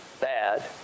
bad